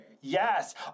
Yes